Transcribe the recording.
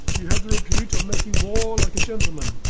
you have the repute of making war like a gentleman.